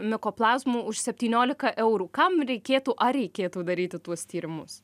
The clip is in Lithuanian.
mikoplazmų už septyniolika eurų kam reikėtų ar reikėtų daryti tuos tyrimus